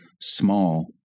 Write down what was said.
small